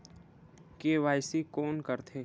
KYC कोन करथे?